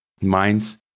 Minds